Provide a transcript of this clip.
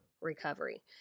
recovery